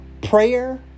prayer